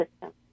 system